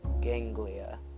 ganglia